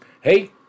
Hey